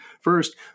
First